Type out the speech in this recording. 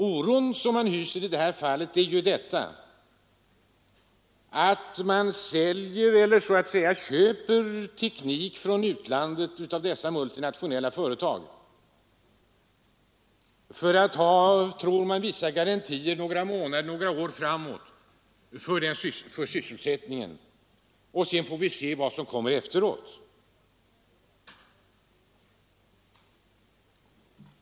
Oron i detta fall beror på att man köper teknik från utlandet av dessa multinationella företag för att, som man tror, ha en viss garanti några månader eller några år framåt för sysselsättningen. Sedan får vi se vad som kommer efteråt!